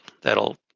that'll